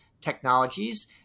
Technologies